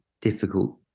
difficult